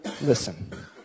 listen